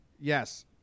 Yes